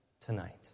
tonight